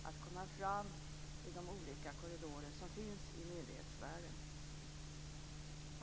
Fru talman!